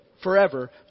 Forever